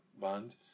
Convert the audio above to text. band